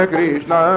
Krishna